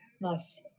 Nice